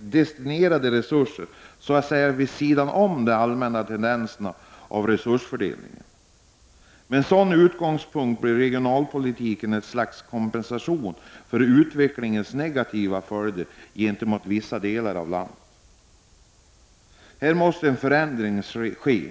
destinerade resurser, så att säga vid sidan av de allmänna tendenserna och resursfördelningen. Med den utgångspunkten blir regionalpolitiken ett slags kompensation för de negativa följderna av utvecklingen för vissa delar av landet. Här måste en förändring ske.